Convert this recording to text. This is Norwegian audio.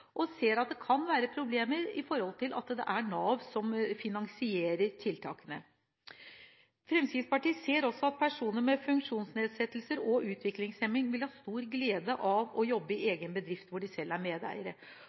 og ser at det kan være problemer ved at det er Nav som finansierer tiltakene. Fremskrittspartiet ser også at personer med funksjonsnedsettelser og utviklingshemning vil ha stor glede av å jobbe i bedrifter der de selv er medeiere.